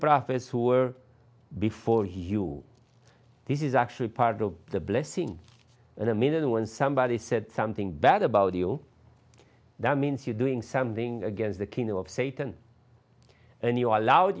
prophets who were before you this is actually part of the blessing in a minute when somebody said something bad about you that means you doing something against the king of satan and you are